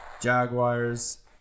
Jaguars